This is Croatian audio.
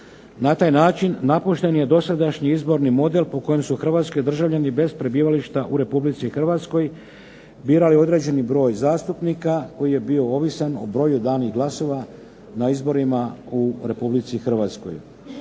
Na taj način napušten je dosadašnji izborni model po kojem su Hrvatski državljani bez prebivališta u Republici Hrvatskoj birali određeni broj zastupnika koji je bio ovisan o broju danih glasova na izborima u Republici Hrvatskoj.